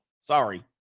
Sorry